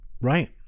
Right